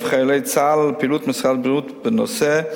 חיילי צה"ל ופעילות משרד הבריאות בנושא,